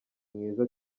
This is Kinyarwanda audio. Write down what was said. mwiza